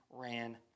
ran